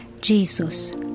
Jesus